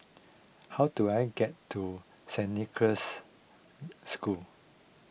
how do I get to Girls' School